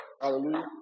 Hallelujah